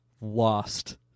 lost